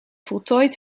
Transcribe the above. voltooid